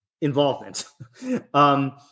involvement